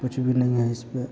कुछ भी नहीं है इसपर